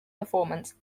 performance